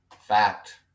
fact